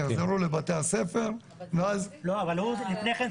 יחזרו לבתי הספר ואז ----- רק רגע,